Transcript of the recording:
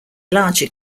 larger